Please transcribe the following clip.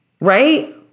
right